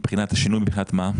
מבחינת השינוי, מבחינת מה?